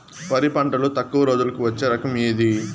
వరి పంటలో తక్కువ రోజులకి వచ్చే రకం ఏది?